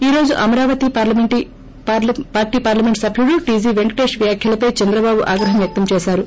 ఈ రోజు Amaravati party parliament సబ్యుడు టీజీ పెంకటేష్ వ్యాఖ్యలపై చంద్రబాబు ఆగ్రహం వ్యక్తం చేశారు